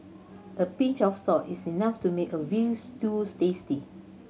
a pinch of salt is enough to make a veal stews tasty